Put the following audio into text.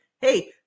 Hey